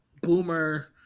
boomer